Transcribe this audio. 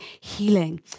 healing